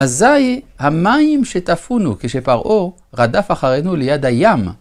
אזיי המים שטפונו כשפרעה רדף אחרינו ליד הים.